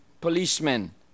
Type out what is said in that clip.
policemen